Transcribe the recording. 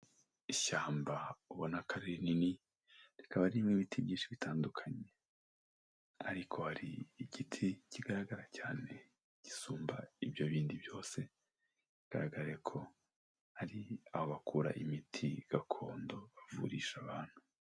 Ishyamba ubona ko ari rinini rikaba ririmo ibiti byinshi bitandukanye, ariko hari igiti kigaragara cyane gisumba ibyo bindi byose, bigaragare ko ari aho bakura imiti gakondo bavurisha abantu.